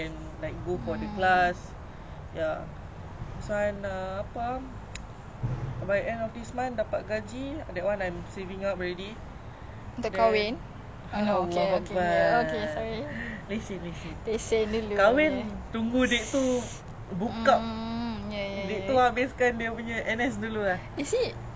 is he oh no not reservist right oh okay okay sorry sorry I mean how old is your that [one] oh okay okay kat tekong